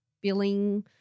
billing